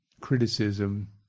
criticism